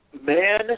man